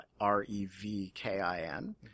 R-E-V-K-I-N